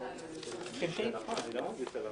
לפתוח את ישיבת ועדת הכנסת.